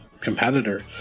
competitor